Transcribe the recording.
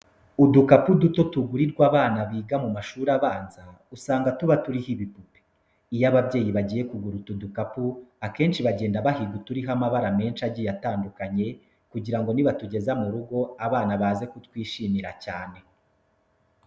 Udukapu duto tugurirwa abana biga mu mashuri abanza usanga tuba turiho ibipupe. Iyo ababyeyi bagiye kugura utu dukapu akenshi bagenda bahiga uturiho amabara menshi agiye atandukanye kugira ngo nibatugeza mu rugo abana baze kutwishimira cyane.